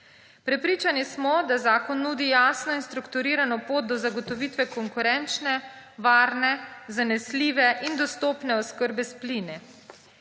Prepričani smo, da zakon nudi jasno in strukturirano pot do zagotovitve konkurenčne, varne, zanesljive in dostopne oskrbe s plini.